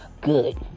good